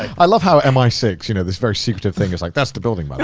i love how m i six, you know, this very secretive thing, is like, that's the building by the